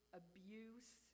abuse